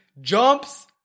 Jumps